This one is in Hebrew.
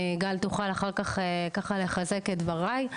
גל תוכל אחר כך לחזק את דבריי.